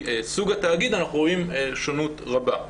סוג התאגיד אנחנו רואים שונות רבה.